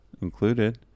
included